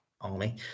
army